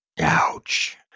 Ouch